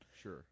sure